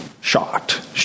shocked